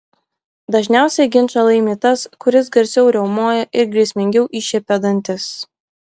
dažniausiai ginčą laimi tas kuris garsiau riaumoja ir grėsmingiau iššiepia dantis